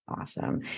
Awesome